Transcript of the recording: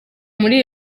muri